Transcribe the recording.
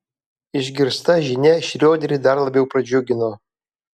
išgirsta žinia šrioderį dar labiau pradžiugino